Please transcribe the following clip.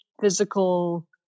physical